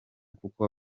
kuko